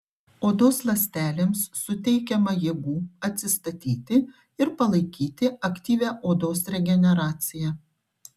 odos ląstelėms suteikiama jėgų atsistatyti ir palaikyti aktyvią odos regeneraciją